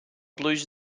blues